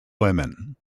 women